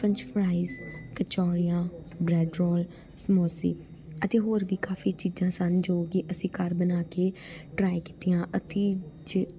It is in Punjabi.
ਫ੍ਰੈਂਚ ਫ੍ਰਾਈਸ ਕਚੋਰੀਆਂ ਬਰੈੱਡ ਰੋਲ ਸਮੋਸੇ ਅਤੇ ਹੋਰ ਵੀ ਕਾਫੀ ਚੀਜ਼ਾਂ ਸਨ ਜੋ ਕਿ ਅਸੀਂ ਘਰ ਬਣਾ ਕੇ ਟਰਾਈ ਕੀਤੀਆਂ ਅਤੇ ਜੇ